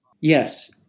Yes